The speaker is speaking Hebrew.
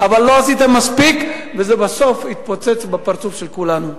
אבל לא עשיתם מספיק ובסוף זה יתפוצץ בפרצוף של כולנו.